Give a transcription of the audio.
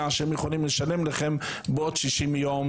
שהם יכולים לשלם לכם בעוד 60 יום